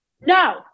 no